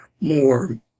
more